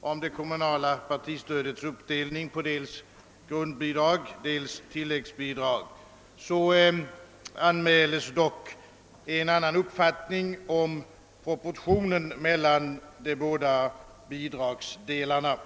om det kommunala partistödets uppdelning på dels grundbidrag, dels tilläggsbidrag, men vi anmäler en annan uppfattning om proportionen mellan de båda bidragsdelarna.